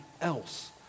else